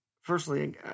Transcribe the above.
firstly